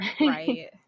Right